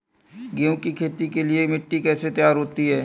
गेहूँ की खेती के लिए मिट्टी कैसे तैयार होती है?